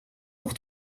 pour